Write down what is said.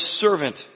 servant